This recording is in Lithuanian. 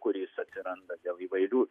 kuris atsiranda dėl įvairių